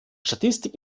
statistik